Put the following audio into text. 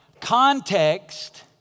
Context